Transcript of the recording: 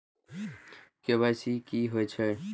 KYC की हे छे?